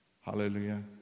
hallelujah